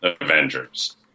Avengers